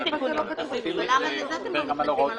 אתם רוצים גם להוראת המעבר?